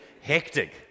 hectic